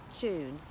June